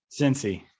Cincy